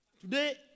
Today